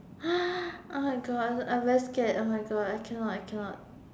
oh my god I I very scared oh my god I cannot I cannot